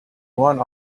one